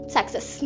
Success